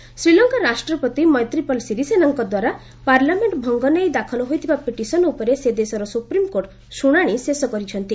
ଲଙ୍କା ଏସସି ଶ୍ରୀଲଙ୍କା ରାଷ୍ଟ୍ରପତି ମୈତ୍ରିପାଲ ସିରିସେନାଙ୍କ ଦ୍ୱାରା ପାର୍ଲାମେଣ୍ଟ ଭଙ୍ଗ ନେଇ ଦାଖଲ ହୋଇଥିବା ପିଟିସନ ଉପରେ ସେଦେଶର ସୁପ୍ରିମକୋର୍ଟ ଶୁଣାଣି ଶେଷ କରିଛନ୍ତି